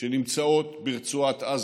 שנמצאות ברצועת עזה.